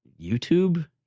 YouTube